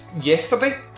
yesterday